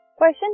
Question